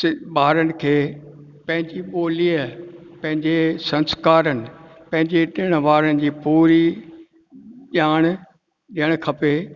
स ॿारनि खे पंहिंजी ॿोलीअ पंहिंजे संस्कारनि पंहिंजे ॾिण वारनि जी पूरी ॼाणु ॾियणु खपे